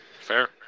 Fair